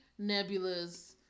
Nebulas